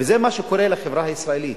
וזה מה שקורה לחברה הישראלית.